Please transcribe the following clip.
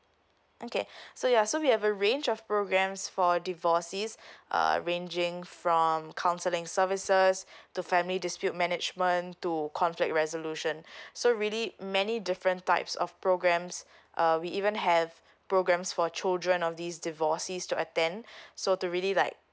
okay so ya so we have a range of programs for divorcees uh ranging from counselling services to family dispute management to conflict resolution so really many different types of programs uh we even have programs for children of these divorcees to attend so to really like